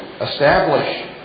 establish